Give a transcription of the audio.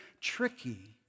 tricky